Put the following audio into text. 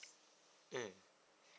mm